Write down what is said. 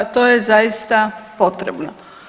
To je zaista potrebno.